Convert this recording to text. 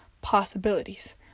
possibilities